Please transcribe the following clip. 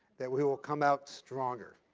that we will come out stronger.